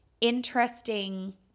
interesting